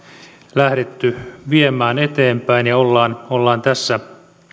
lähdetty viemään eteenpäin ja ollaan ollaan tässä